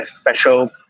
special